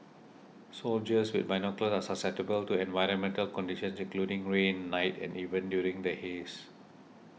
soldiers with binoculars are susceptible to environmental conditions including rain night and even during the haze